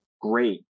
great